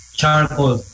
charcoal